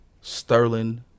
Sterling